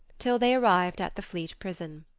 til they arrived at the fleet prison.